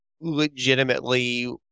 legitimately